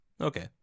Okay